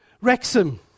Wrexham